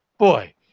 boy